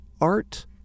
art